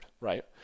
right